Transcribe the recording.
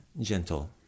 Gentle